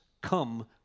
come